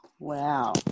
Wow